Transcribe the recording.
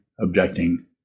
objecting